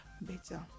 better